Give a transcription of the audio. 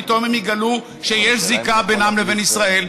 פתאום הם יגלו שיש זיקה בינם לבין ישראל.